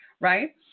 right